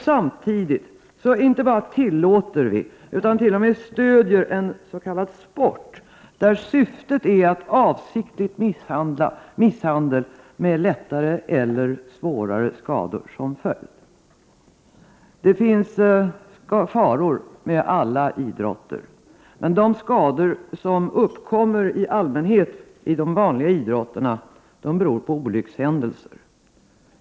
Samtidigt inte bara tillåter vi utan t.o.m. stöder vi en s.k. sport, där syftet är avsiktlig misshandel med lättare eller svårare skador som följd. Det finns faror med alla idrotter, men de skador som uppkommer i allmänhet i de vanliga idrotterna beror på olyckshändelser.